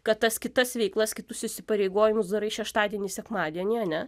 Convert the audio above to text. kad tas kitas veiklas kitus įsipareigojimus darai šeštadienį sekmadienį ane